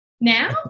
now